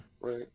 Right